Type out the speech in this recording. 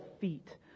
feet